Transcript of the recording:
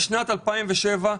משנת 2007,